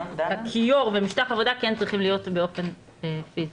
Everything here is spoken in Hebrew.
הכיור ומשטח העבודה כן צריכים להיות באופן פיזי.